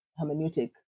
hermeneutic